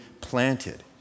planted